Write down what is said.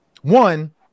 one